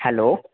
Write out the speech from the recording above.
hello